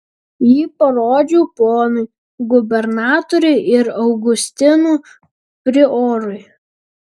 jį parodžiau ponui gubernatoriui ir augustinų priorui